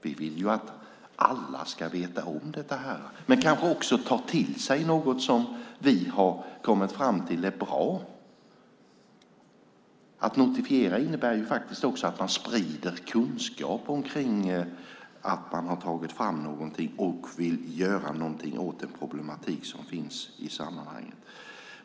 Vi vill att alla ska veta om det här och kanske också ta till sig något som vi har kommit fram till är bra. Att notifiera innebär att man sprider kunskap om att man har tagit fram något och vill göra något åt en problematik som finns i sammanhanget.